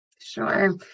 Sure